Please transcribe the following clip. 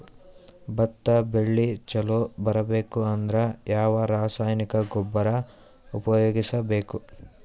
ಭತ್ತ ಬೆಳಿ ಚಲೋ ಬರಬೇಕು ಅಂದ್ರ ಯಾವ ರಾಸಾಯನಿಕ ಗೊಬ್ಬರ ಉಪಯೋಗಿಸ ಬೇಕು?